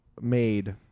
made